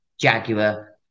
jaguar